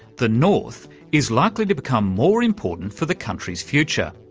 the north is likely to become more important for the country's future.